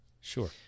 Sure